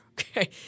Okay